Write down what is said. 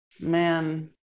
Man